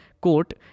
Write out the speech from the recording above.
quote